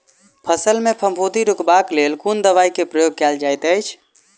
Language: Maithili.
फसल मे फफूंदी रुकबाक लेल कुन दवाई केँ प्रयोग कैल जाइत अछि?